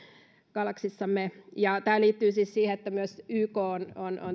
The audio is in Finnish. galaksissamme tämä liittyy siis siihen että myös yk on